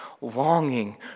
longing